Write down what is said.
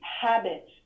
habit